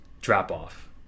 drop-off